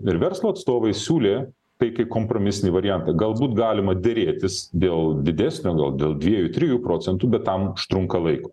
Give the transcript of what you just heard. ir verslo atstovai siūlė tai kaip kompromisinį variantą galbūt galima derėtis dėl didesnio gal dėl dviejų trijų procentų bet tam užtrunka laiko